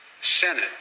Senate